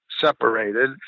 separated